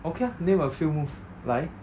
okay ah name a few moves 来